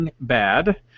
Bad